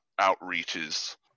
outreaches